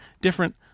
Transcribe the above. different